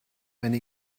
eine